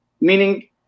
Meaning